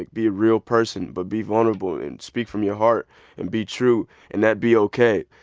like be a real person but be vulnerable and speak from your heart and be true and that be ok.